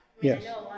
Yes